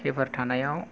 keeper थानायाव